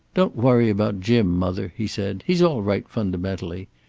don't worry about jim, mother, he said. he's all right fundamentally.